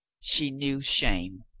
she knew shame.